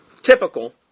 typical